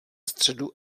středu